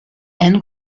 and